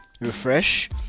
refresh